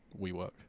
WeWork